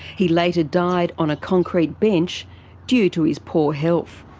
he later died on a concrete bench due to his poor health.